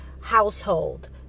household